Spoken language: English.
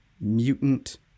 mutant